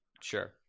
Sure